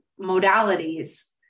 modalities